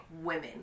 women